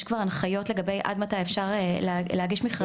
יש כבר הנחיות עד מתי אפשר להגיש מכרזים.